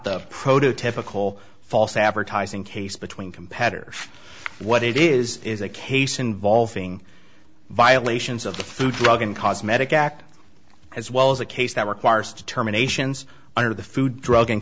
the prototypical false advertising case between competitors what it is is a case involving violations of the food drug and cosmetic act as well as a case that requires determinations under the food drug and